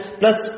plus